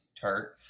tart